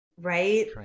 right